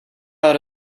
out